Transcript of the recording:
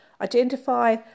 Identify